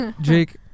Jake